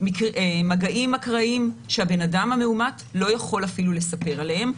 מגעים אקראיים שהאדם המאומת לא יכול אפילו לספר עליהם.